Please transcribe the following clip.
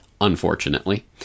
unfortunately